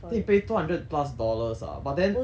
think he pay two hundred plus dollars lah but then